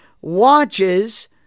watches